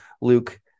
Luke